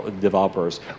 developers